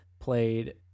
played